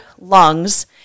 lungs